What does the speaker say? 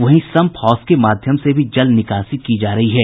वहीं sump house के माध्यम से भी जल निकासी की जा रही है